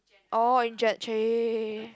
orh injured chey